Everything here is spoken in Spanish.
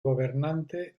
gobernante